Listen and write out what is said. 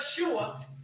Yeshua